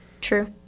true